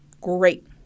Great